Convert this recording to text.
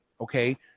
okay